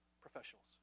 professionals